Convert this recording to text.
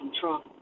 Trump